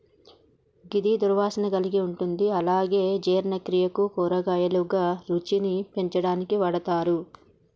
గిది దుర్వాసన కలిగి ఉంటుంది అలాగే జీర్ణక్రియకు, కూరగాయలుగా, రుచిని పెంచడానికి వాడతరు